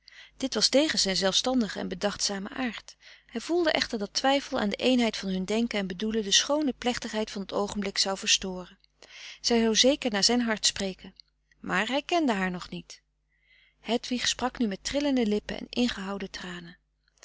dit was tegen zijn zelfstandigen en bedachtzamen aard hij voelde echter dat twijfel aan de eenheid van hun denken en bedoelen de schoone plechtigheid van het oogenblik zou verstoren zij zou zeker naar zijn hart spreken maar hij kende haar nog niet hedwig sprak nu met trillende lippen en ingehouden tranen